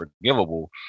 forgivable